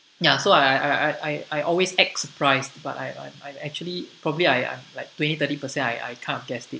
ya so I I I I I always act surprised but I I I'm actually probably I like twenty thirty percent I I kind of guessed it